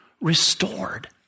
restored